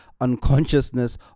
unconsciousness